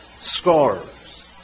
scars